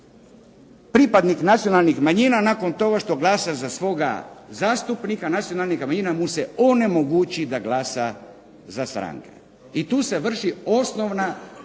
pripadnik nacionalnih manjina nakon toga što glasa za svoga zastupnika nacionalnih manjina mu se onemogući da glasa za stranke. I tu se vrši osnovna